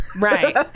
right